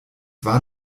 war